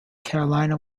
carolina